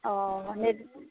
অ